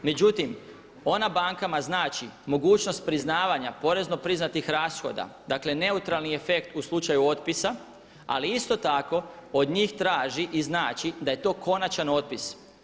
Međutim, ona bankama znači mogućnost priznavanja porezno priznatih rashoda, dakle neutralni efekt u slučaju otpisa, ali isto tako od njih traži i znači da je to konačan otpis.